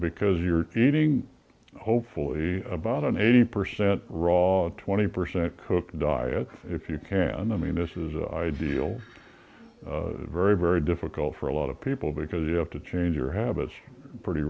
because you're eating hopefully about an eighty percent raw twenty percent cooked diet if you care and i mean this is the ideal very very difficult for a lot of people because you have to change your habits pretty